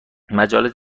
مجالس